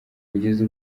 kugeza